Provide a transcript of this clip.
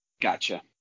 Gotcha